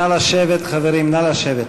נא לשבת, חברים, נא לשבת.